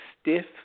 stiff